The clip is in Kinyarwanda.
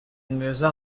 mwiza